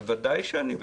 אבל ודאי שאני בעד.